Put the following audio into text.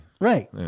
Right